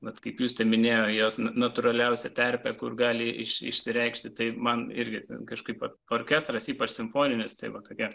vat kaip justė minėjo jos natūraliausia terpė kur gali iš išsireikšti tai man irgi kažkaip orkestras ypač simfoninis tai va tokia